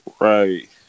Right